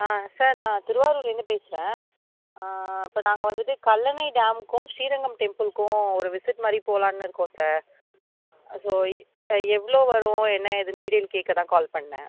ஆ sir நான் திருவாரூர்லந்து பேசகிறேன் இப்போ நாங்கள் வந்துவிட்டு கல்லணை டேமுக்கும் ஸ்ரீரங்கம் டெம்பில்க்கும் ஒரு விசிட் மாதிரி போகலான்னு இருக்கோம் சார் ஸோ எவ்வளோ வரும் என்ன ஏதுன்னு டீட்டெயில் கேட்க தான் கால் பண்ணன்